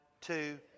two